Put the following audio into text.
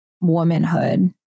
womanhood